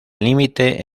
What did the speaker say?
límite